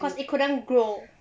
cause it couldn't grow